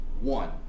One